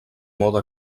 moda